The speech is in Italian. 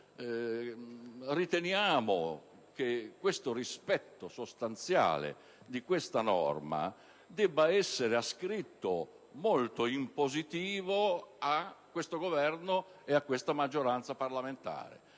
Riteniamo che il rispetto sostanziale di questa norma debba essere ascritto in positivo all'attuale Governo e a questa maggioranza parlamentare.